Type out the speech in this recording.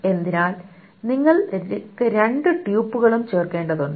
അതിനാൽ നിങ്ങൾക്ക് രണ്ട് ട്യൂപ്പുകളും ചേർക്കേണ്ടതുണ്ട്